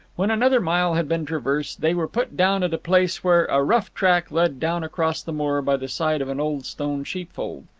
when another mile had been traversed, they were put down at a place where a rough track led down across the moor by the side of an old stone sheepfold.